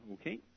Okay